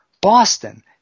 Boston